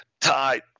tied